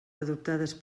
adoptades